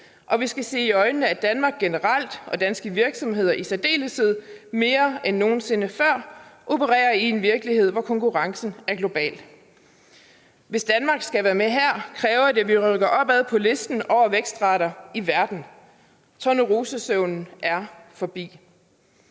og vi skal se i øjnene, at Danmark generelt og danske virksomheder i særdeleshed mere end nogen sinde før opererer i en virkelighed, hvor konkurrencen er global. Hvis Danmark skal være med her, kræver det, at vi rykker opad på listen over vækstrater i verden. Tornerosesøvnen er forbi.